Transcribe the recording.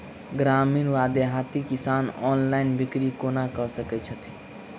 ग्रामीण वा देहाती किसान ऑनलाइन बिक्री कोना कऽ सकै छैथि?